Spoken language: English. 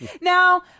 Now